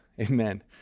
Amen